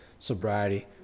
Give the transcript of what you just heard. Sobriety